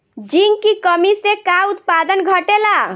Zinc की कमी से का उत्पादन घटेला?